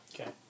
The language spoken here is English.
Okay